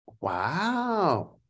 wow